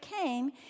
came